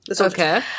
Okay